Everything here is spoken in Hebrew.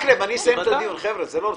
אני אסיים את הדיון, חבר'ה, זה לא רציני.